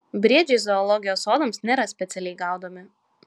briedžiai zoologijos sodams nėra specialiai gaudomi